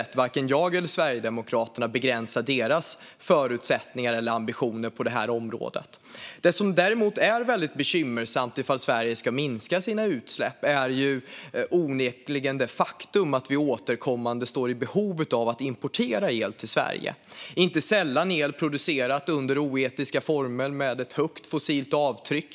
Varken jag eller Sverigedemokraterna ämnar på intet sätt begränsa deras förutsättningar eller ambitioner på området. Det som däremot är väldigt bekymmersamt om Sverige ska minska sina utsläpp är onekligen det faktum att vi återkommande står i behov av att importera el till Sverige. Det är inte sällan el producerad under oetiska former med ett högt fossilt avtryck.